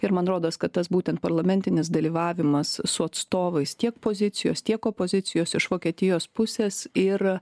ir man rodos kad tas būtent parlamentinis dalyvavimas su atstovais tiek pozicijos tiek opozicijos iš vokietijos pusės ir